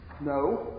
No